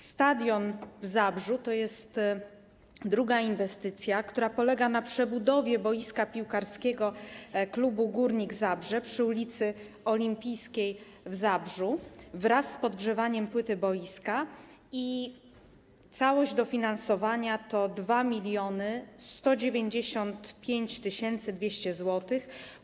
Stadion w Zabrzu to jest druga inwestycja, która polega na przebudowie boiska piłkarskiego klubu Górnik Zabrze przy ul. Olimpijskiej w Zabrzu wraz z podgrzewaniem płyty boiska, a całość dofinansowania to 2 195 200 zł.